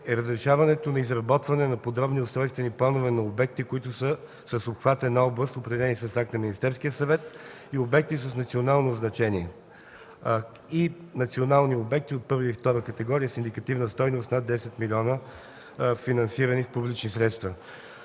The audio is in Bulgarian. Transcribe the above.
е разрешаването на изработване на подробни устройствени планове на обекти, които са с обхват на област, определен с акт на Министерския съвет, обекти с национално значение и национални обекти от първа и втора категория с индикативна стойност над 10 млн. лв., финансирани с публични средства.